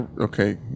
Okay